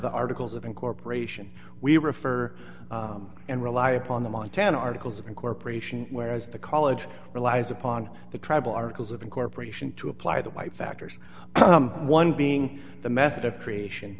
the articles of incorporation we refer and rely upon the montana articles of incorporation whereas the college relies upon the travel articles of incorporation to apply the white factors one being the method of creation